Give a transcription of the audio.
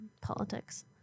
politics